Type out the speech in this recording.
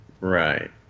Right